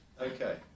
Okay